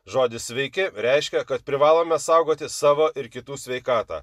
žodis sveiki reiškia kad privalome saugoti savo ir kitų sveikatą